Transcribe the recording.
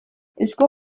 eusko